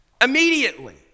Immediately